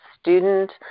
student